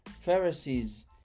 Pharisees